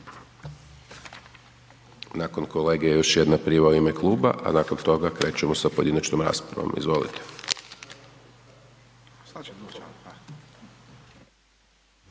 Nakon kolege još jedna prijava u ime kluba a nakon toga krećemo sa pojedinačnom raspravom, izvolite.